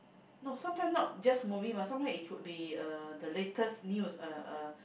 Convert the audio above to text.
no sometime not just movie but sometime it could be uh the latest news uh uh